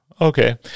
Okay